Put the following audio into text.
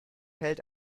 hält